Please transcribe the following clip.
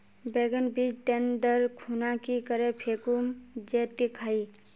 बैगन बीज टन दर खुना की करे फेकुम जे टिक हाई?